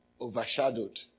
overshadowed